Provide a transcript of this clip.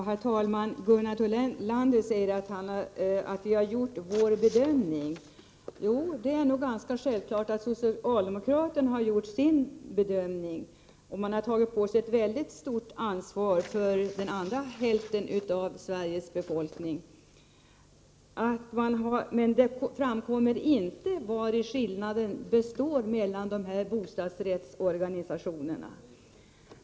Herr talman! Gunnar Thollander säger att vi har gjort vår bedömning. Det är nog ganska uppenbart att socialdemokraterna har gjort sin bedömning, och man har tagit på sig ett väldigt stort ansvar för den andra hälften av Sveriges befolkning. Men det framkommer inte vari skillnaden mellan dessa bostadsrättsorganisationer består.